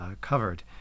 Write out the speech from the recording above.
covered